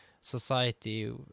society